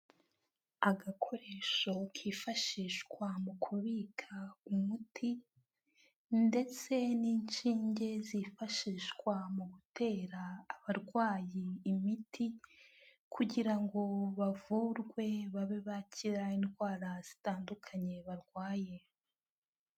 Agakoresho kifashishwa mu kubika umuti, ndetse n'inshinge zifashishwa mu gutera abarwayi imiti kugira ngo bavurwe babe bakira indwara zitandukanye barwaye.